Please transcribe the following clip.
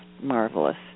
marvelous